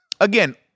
Again